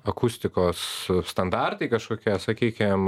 akustikos standartai kažkokie sakykim